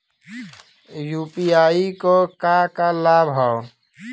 UPI क का का लाभ हव?